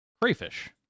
crayfish